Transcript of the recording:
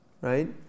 right